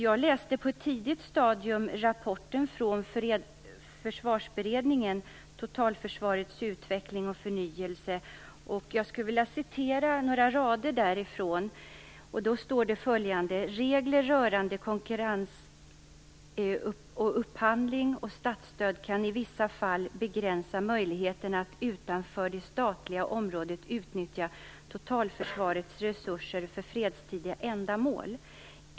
Jag läste på ett tidigt stadium rapporten från Försvarsberedningen Totalförsvarets utveckling och förnyelse. Jag skulle vilja återge några rader därifrån. Där står att regler rörande konkurrens, upphandling och statsstöd kan i vissa fall begränsa möjligheterna att utanför det statliga området utnyttja totalförsvarets resurser för fredstida ändamål.